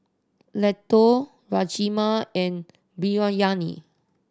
Ladoo Rajma and Biryani